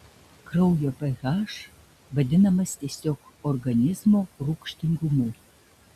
kraujo ph vadinamas tiesiog organizmo rūgštingumu